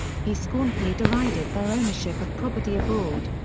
he scornfully derided their ownership of property abroad.